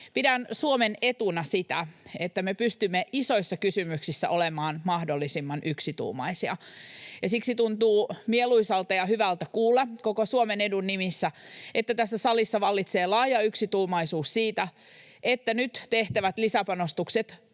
Pidän Suomen etuna sitä, että me pystymme isoissa kysymyksissä olemaan mahdollisimman yksituumaisia, ja siksi tuntuu mieluisalta ja hyvältä kuulla koko Suomen edun nimissä, että tässä salissa vallitsee laaja yksituumaisuus siitä, että nyt tehtävät lisäpanostukset